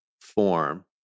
form